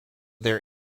their